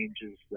changes